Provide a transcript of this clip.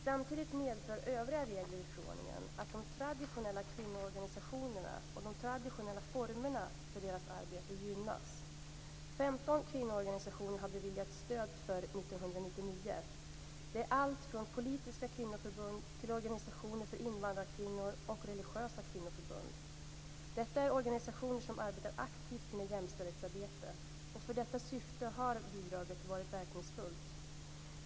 Samtidigt medför övriga regler i förordningen att de traditionella kvinnoorganisationerna och de traditionella formerna för deras arbete gynnas. 15 kvinnoorganisationer har beviljats stöd för år 1999. Det är allt från politiska kvinnoförbund till organisationer för invandrarkvinnor och religiösa kvinnoförbund. Detta är organisationer som aktivt bedriver jämställdhetsarbete. För detta syfte har bidraget varit verkningsfullt.